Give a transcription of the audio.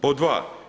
Pod dva.